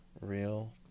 Real